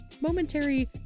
momentary